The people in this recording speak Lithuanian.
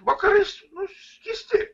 vakarai nu skysti